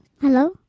Hello